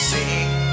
Sing